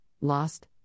lost